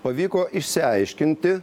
pavyko išsiaiškinti